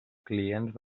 clients